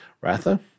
Ratha